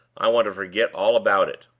i want to forget all about it.